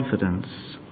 confidence